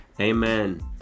Amen